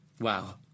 Wow